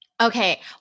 Okay